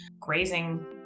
grazing